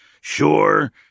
Sure